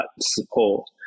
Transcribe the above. support